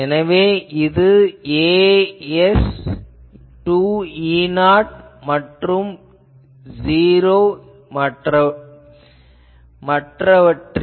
எனவே இது az 2E0 மற்றும் '0' மற்றவற்றில்